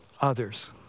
others